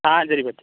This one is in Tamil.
ஆ சரி பாட்டி